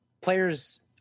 players